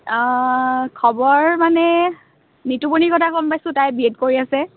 খবৰ মানে নিটুমণিৰ কথা গম পাইছোঁ তাই বি এড কৰি আছে